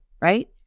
right